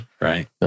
Right